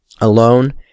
alone